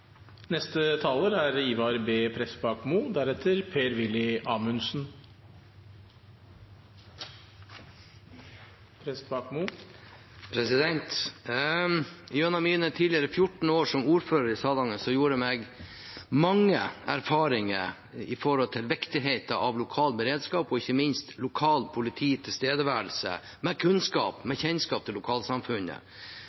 Gjennom mine tidligere 14 år som ordfører i Salangen gjorde jeg meg mange erfaringer med tanke på viktigheten av lokal beredskap og ikke minst tilstedeværelse av lokalt politi med kunnskap